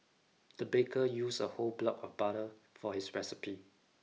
the baker used a whole block of butter for his recipe